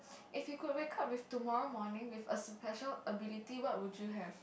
if you could wake up with tomorrow morning with a special ability what would you have